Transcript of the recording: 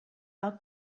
out